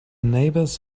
neighbors